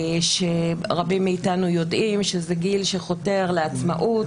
שרבים מאיתנו יודעים שזה גיל שחותר לעצמאות,